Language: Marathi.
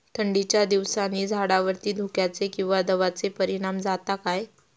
थंडीच्या दिवसानी झाडावरती धुक्याचे किंवा दवाचो परिणाम जाता काय?